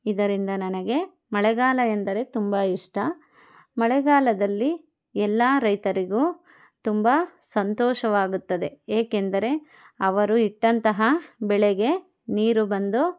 ಇದರಿಂದ ನನಗೆ ಮಳೆಗಾಲ ಎಂದರೆ ತುಂಬ ಇಷ್ಟ ಮಳೆಗಾಲದಲ್ಲಿ ಎಲ್ಲ ರೈತರಿಗೂ ತುಂಬ ಸಂತೋಷವಾಗುತ್ತದೆ ಏಕೆಂದರೆ ಅವರು ಇಟ್ಟಂತಹ ಬೆಳೆಗೆ ನೀರು ಬಂದು